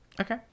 okay